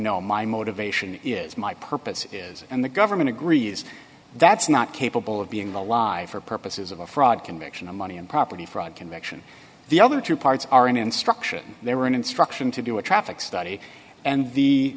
know my motivation is my purpose is and the government agrees that's not capable of being alive for purposes of a fraud conviction of money and property fraud conviction the other two parts are an instruction they were an instruction to do a traffic study and the